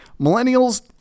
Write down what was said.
Millennials